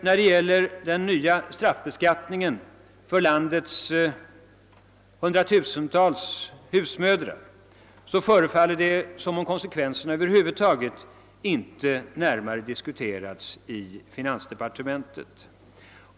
När det gäller den nya straffbeskattningen för landets hundratusentals husmödrar förefaller det som om konsekvenserna över huvud taget inte närmare diskuterats i finansdepartementet.